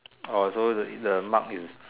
oh so the mark is